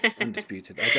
undisputed